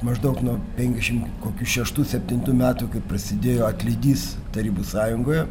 maždaug nuo penkiasdešimt kokių šeštų septintų metų kai prasidėjo atlydys tarybų sąjungoje